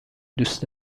دوست